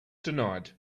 denied